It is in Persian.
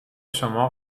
شما